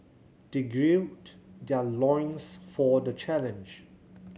they gird their loins for the challenge